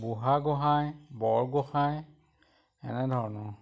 বুঢ়াগোহাঁই বৰগোঁহাই এনেধৰণৰ